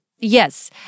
Yes